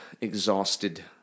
exhausted